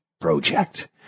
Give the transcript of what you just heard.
project